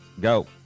Go